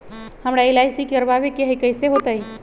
हमरा एल.आई.सी करवावे के हई कैसे होतई?